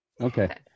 Okay